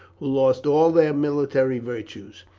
who lost all their military virtues.